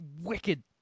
wicked